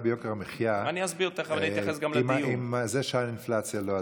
ביוקר המחיה עם זה שהאינפלציה לא עלתה?